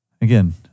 Again